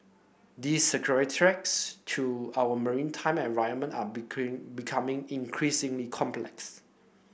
the security threats to our maritime environment are becoming increasingly complex